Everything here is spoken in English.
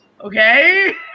okay